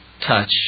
touch